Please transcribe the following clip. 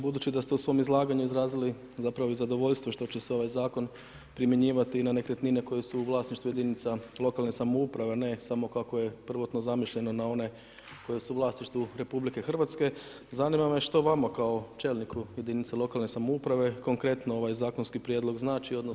Budući da ste u svom izlaganju izrazili zapravo i zadovoljstvo što će se ovaj zakon primjenjivati i na nekretnine koje su u vlasništvu jedinica lokalne samouprave, a ne samo kako je prvotno zamišljeno na one koje su u vlasništvu RH, zanima me što vama kao čelniku jedinice lokalne samouprave konkretno ovaj zakonski prijedlog znači, odnosno što vam donosi?